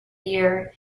year